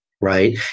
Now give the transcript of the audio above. right